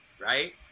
right